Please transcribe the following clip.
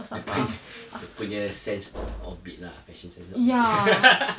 dia punya dia punya sense orbit lah the fashion sense